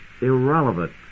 irrelevant